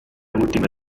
ultime